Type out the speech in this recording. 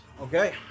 Okay